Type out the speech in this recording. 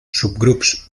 subgrups